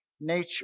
nature